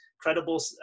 credible